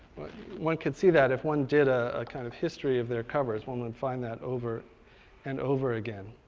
one could see that if one did a ah kind of history of their covers, one would find that over and over again.